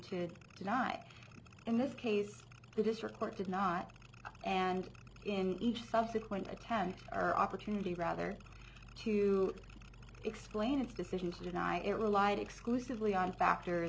tonight in this case the district court did not and in each subsequent attend our opportunity rather to explain its decisions deny it relied exclusively on factor